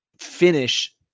finish